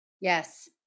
Yes